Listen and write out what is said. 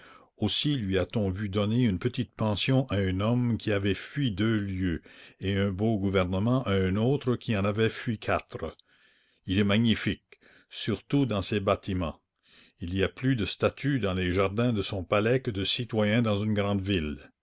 aussi lui a-t-on vu donner une petite pension à un homme qui avait fui deux lieues et un beau gouvernement à un autre qui en avait fui quatre il est magnifique surtout dans ses bâtiments il y a plus de statues dans les jardins de son palais que de citoyens dans une grande ville